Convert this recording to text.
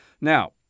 Now